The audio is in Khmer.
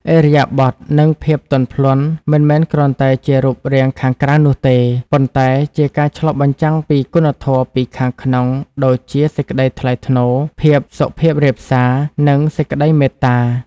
ឥរិយាបថ និងភាពទន់ភ្លន់មិនមែនគ្រាន់តែជារូបរាងខាងក្រៅនោះទេ ប៉ុន្តែជាការឆ្លុះបញ្ចាំងពីគុណធម៌ពីខាងក្នុងដូចជាសេចក្ដីថ្លៃថ្នូរ ភាពសុភាពរាបសារ និងសេចក្ដីមេត្តា។